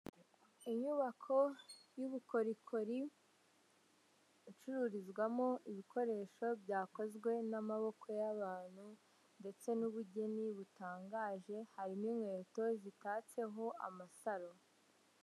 Inyubako y'ubukorikori icururizwamo ibikoresho byakozwe n'amaboko y'abantu ndetse n'ubugeni butangaje harimo inkweto zitatseho amasaro.